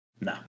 No